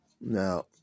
Now